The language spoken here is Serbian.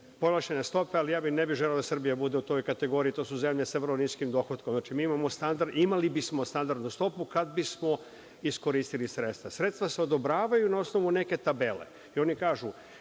povlašćene stope, ali ne bih želeo da Srbija bude u toj kategoriji. To su zemlje sa vrlo niskim dohotkom. Znači, imali bismo standardnu stopu kada bi smo iskoristili sredstva. Sredstva se odobravaju na osnovu neke tabele. Oni kažu